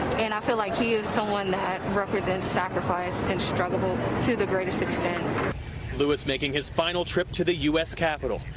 and i feel like he is someone that represents sacrifice and struggles to the greatest extent. reporter lewis making his final trip to the u s. capital,